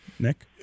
Nick